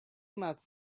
must